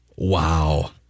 Wow